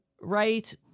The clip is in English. right